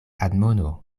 admono